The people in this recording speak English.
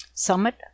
Summit